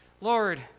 Lord